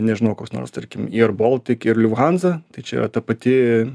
nežinau koks nors tarkim air baltic ir lufhanza tai čia yra ta pati